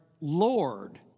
Lord